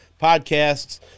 podcasts